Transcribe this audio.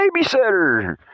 babysitter